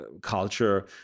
culture